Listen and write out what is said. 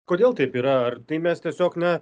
kodėl taip yra ar tai mes tiesiog na